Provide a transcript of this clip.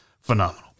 phenomenal